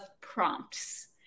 prompts